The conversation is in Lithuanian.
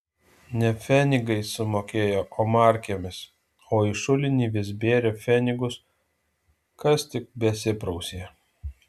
ne pfenigais sumokėjo o markėmis o į šulinį vis bėrė pfenigus kas tik besiprausė